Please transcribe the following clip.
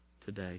today